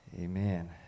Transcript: Amen